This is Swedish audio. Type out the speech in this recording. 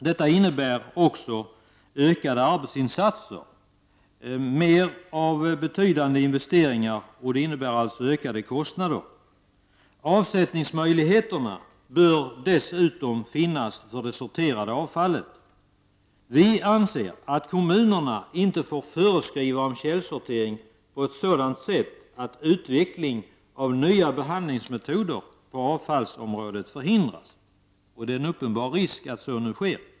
Detta innebär ökade arbetsinsatser, nya investeringar och ökade kostnader. Avsättningsmöjligheter bör dessutom finnas för det sorterade avfallet. Vi anser att kommunerna inte får föreskriva om källsortering på ett sådant sätt att utveckling av nya behandlingsmetoder på avfallsområdet förhindras. Det är nu en uppenbar risk att så sker.